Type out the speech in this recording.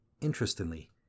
Interestingly